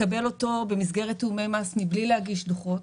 לקבל אותו במסגרת תיאומי מס מבלי להגיש דוחות.